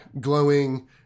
Glowing